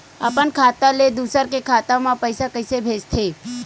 अपन खाता ले दुसर के खाता मा पईसा कइसे भेजथे?